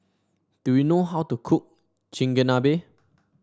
do you know how to cook Chigenabe